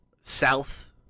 south